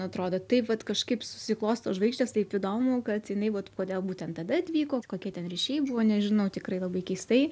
atrodo taip vat kažkaip susiklosto žvaigždės taip įdomu kad jinai vat kodėl būtent tada atvykot kokie ten ryšiai buvo nežinau tikrai labai keistai